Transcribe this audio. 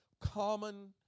common